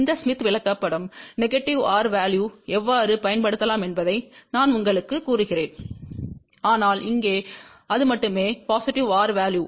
இந்த ஸ்மித் விளக்கப்படம் negative R வேல்யுக்கு எவ்வாறு பயன்படுத்தப்படலாம் என்பதை நான் உங்களுக்கு கூறுகிறேன் ஆனால் இங்கே அது மட்டுமே பொசிட்டிவ் R வேல்யு